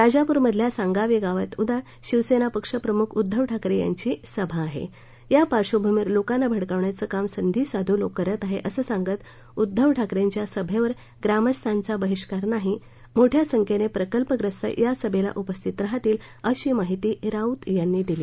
राजापूर मधल्या सांगावे गावात उद्या शिवसेना पक्षप्रमुख उद्दव ठाकरे यांची सभा आहे या पार्श्वभूमीवर लोकांना भडकवण्याचं काम संधीसाधू लोक करत आहेत असं सांगत उद्दव ठाकरेंच्या सभेवर ग्रामस्थांचा बहिष्कार नाही मोठ्या संख्येनं प्रकल्पग्रस्त या सभेला उपस्थित राहतील अशी माहिती राऊत यांनी दिली